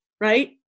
right